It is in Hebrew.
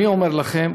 אני אומר לכם,